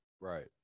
Right